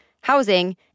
housing